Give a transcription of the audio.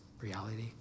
reality